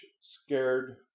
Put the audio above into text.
scared